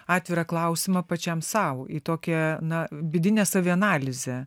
atvirą klausimą pačiam sau į tokią na vidinę savianalizę